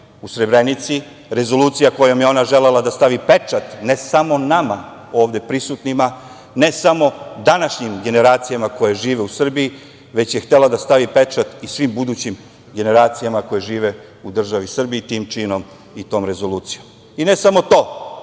u Srebrenici, rezolucija kojom je ona želela da stavi pečat, ne samo nama ovde prisutnima, ne samo današnjim generacijama koje žive u Srbiji, već je htela da stavi pečat i svim budućim generacijama koje žive u državi Srbiji tim činom i tom rezolucijom. Ne samo to.